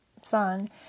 son